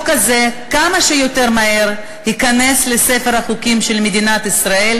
הזה כמה שיותר מהר ייכנס לספר החוקים של מדינת ישראל,